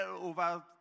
over